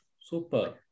Super